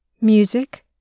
Music